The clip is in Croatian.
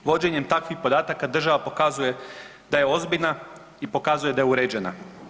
Vođenjem takvih podataka država pokazuje da je ozbiljna i pokazuje da je uređena.